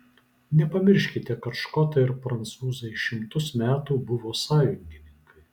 nepamirškite kad škotai ir prancūzai šimtus metų buvo sąjungininkai